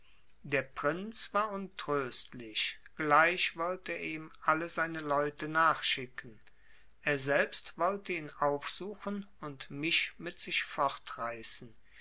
der prinz war untröstlich gleich wollte er ihm alle seine leute nachschicken er selbst wollte ihn aufsuchen und mich mit sich fortreißen